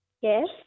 Yes